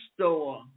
store